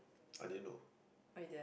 I didn't know